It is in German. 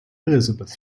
elisabeth